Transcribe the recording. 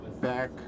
back